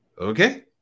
okay